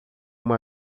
uma